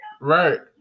Right